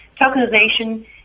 Tokenization